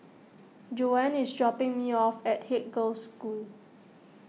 Joann is dropping me off at Haig Girls' School